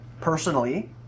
Personally